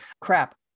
Crap